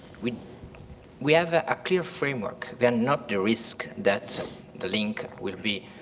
we we have a ah clear framework, then not the risk that the link will be